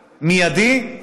מיידי,